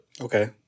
Okay